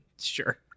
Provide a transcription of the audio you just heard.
Sure